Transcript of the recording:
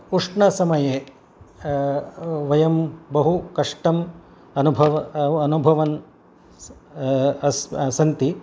उष्णसमये वयं बहुकष्टम् अनुभव अनुभवन् अस् सन्ति